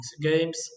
games